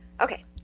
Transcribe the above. Okay